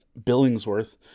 Billingsworth